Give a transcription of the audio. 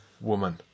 woman